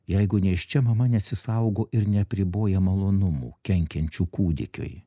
jeigu nėščia mama nesisaugo ir neapriboja malonumų kenkiančių kūdikiui